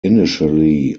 initially